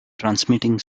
transmitting